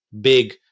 big